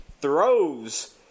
throws